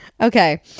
Okay